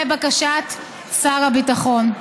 לבקשת שר הביטחון.